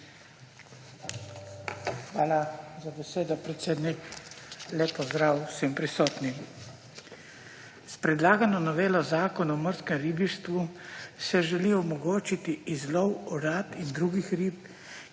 Hvala za besedo, predsednik. Lep pozdrav vsem prisotnim! S predlagano novelo Zakona o morskem ribištvu se želi omogočiti izlov orad in drugih rib,